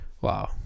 wow